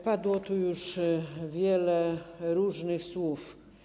Padło tu już wiele różnych słów.